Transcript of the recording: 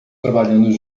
trabalhando